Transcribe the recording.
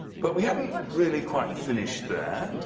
but we hadn't really quite finished there.